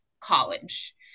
college